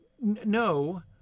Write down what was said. No